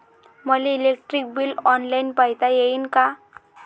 मले electric bill online पायता येईन का?